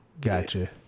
Gotcha